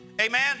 amen